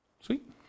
Sweet